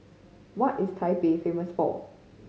what is Taipei famous for